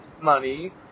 money